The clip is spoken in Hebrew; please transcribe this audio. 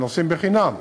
שנוסעים בחינם.